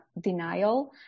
denial